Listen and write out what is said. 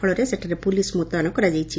ଫଳରେ ସେଠାରେ ପୁଲିସ୍ ମୁତୟନ କରାଯାଇଛି